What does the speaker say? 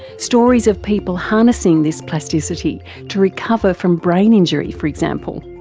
stories of people harnessing this plasticity to recover from brain injury for example.